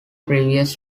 previous